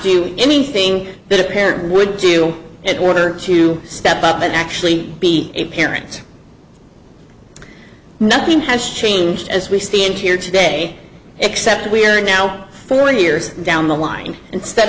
do anything that a parent would you if it were to step up and actually be a parent nothing has changed as we stand here today except we are now four years down the line instead